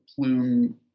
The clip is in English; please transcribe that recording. Plume